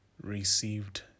received